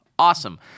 awesome